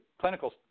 clinical